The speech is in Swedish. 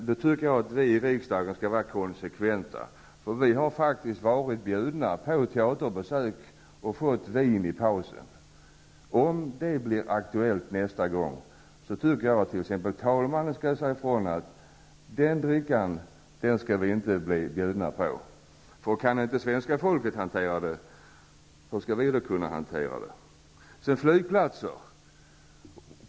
Då tycker jag att vi i riksdagen skall vara konsekventa. Vi har faktiskt varit bjudna på teaterbesök och fått vin i pausen, och när det blir aktuellt nästa gång bör t.ex. talmannen säga ifrån, att vi inte skall bli bjudna på den drycken. Om inte svenska folket kan hantera den, hur skall då vi kunna göra det?